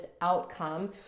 outcome